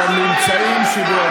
אתם משקרים.